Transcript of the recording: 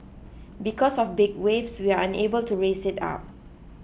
because of big waves we are unable to raise it up